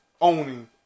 owning